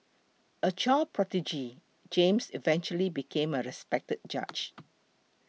a child prodigy James eventually became a respected judge